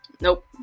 nope